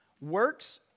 Works